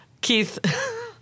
Keith